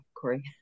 corey